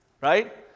Right